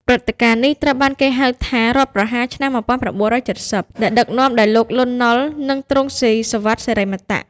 ព្រឹត្តិការណ៍នេះត្រូវបានគេហៅថា "រដ្ឋប្រហារឆ្នាំ ១៩៧០" ដែលដឹកនាំដោយលោក លន់ នល់ និងទ្រង់ ស៊ីសុវត្ថិ សិរិមតៈ។